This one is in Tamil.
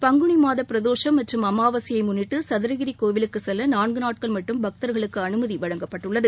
பங்குனி மாத பிரதோஷம் மற்றும் அமாவாசையை முன்னிட்டு சதூகிரி கோவிலுக்கு செல்ல நான்கு நாட்கள் மட்டும் பக்தர்களுக்கு அனுமதி வழங்கப்பட்டுள்ளது